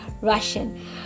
Russian